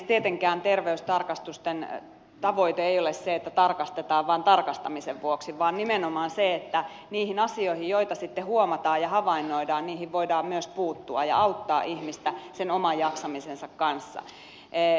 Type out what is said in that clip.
tietenkään terveystarkastusten tavoite ei ole se että tarkastetaan vain tarkastamisen vuoksi vaan nimenomaan se että niihin asioihin joita sitten huomataan ja havainnoidaan voidaan myös puuttua ja auttaa ihmistä sen oman jaksamisen kanssa